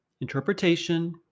interpretation